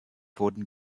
wurden